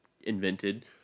invented